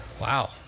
Wow